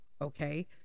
Okay